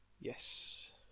Yes